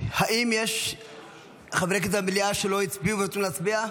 האם יש חברי כנסת במליאה שלא הצביעו וירצו להצביע?